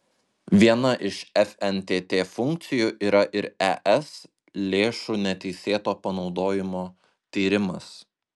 viena iš fntt funkcijų yra ir es lėšų neteisėto panaudojimo tyrimas